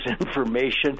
information